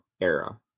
Era